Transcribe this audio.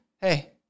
hey